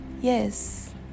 yes